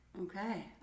Okay